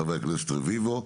חבר הכנסת רביבו,